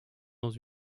dans